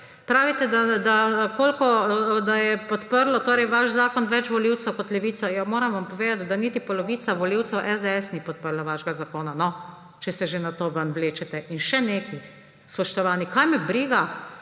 Pravite, da je podprlo vaš zakon več volivcev kot levica. Moram vam povedati, da niti polovica volivcev SDS ni podprla vašega zakona, če se že na to ven vlečete. Še nekaj, spoštovani, kaj me briga,